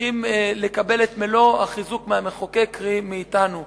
צריכים לקבל את מלוא החיזוק מהמחוקק, קרי מאתנו.